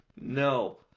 No